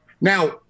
Now